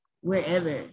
wherever